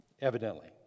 evidently